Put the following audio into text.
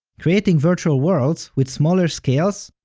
creating virtual worlds with smaller scales?